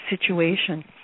situation